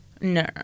No